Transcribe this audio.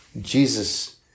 Jesus